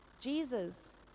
Jesus